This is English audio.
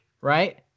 right